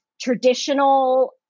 traditional